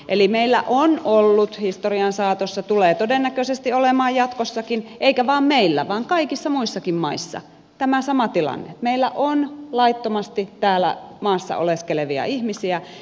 eli meillä on ollut historian saatossa tulee todennäköisesti olemaan jatkossakin eikä vain meillä vaan kaikissa muissakin maissa tämä sama tilanne meillä on laittomasti täällä maassa oleskelevia ihmisiä